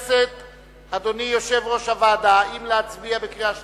אדוני יושב-ראש הוועדה, האם להצביע בקריאה שלישית?